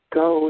go